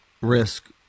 risk